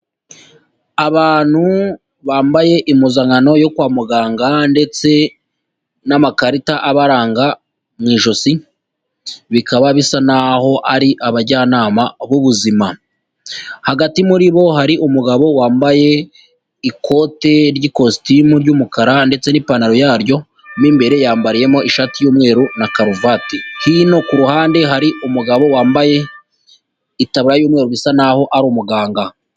Abantu bambaye impuzankano yo kwa muganga ndetse n'amakarita abaranga mu ijosi, bikaba bisa n'aho ari abajyanama b'ubuzima hagati muri bo hari umugabo wambaye ikote ry'ikositimu ry'umukara ndetse n'ipantaro yaryo, n'imbere yambariyemo ishati y'umweru na karuvati, hino ku ruhande hari umugabo wambaye itaburiya y'umweru bisa naho ari umuganga.